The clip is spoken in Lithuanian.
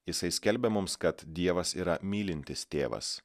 jisai skelbia mums kad dievas yra mylintis tėvas